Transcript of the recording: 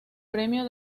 premio